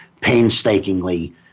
painstakingly